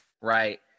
right